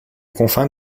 confins